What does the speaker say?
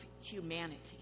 humanity